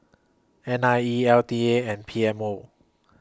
N I E L T A and P M O